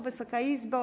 Wysoka Izbo!